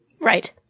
Right